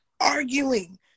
arguing